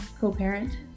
co-parent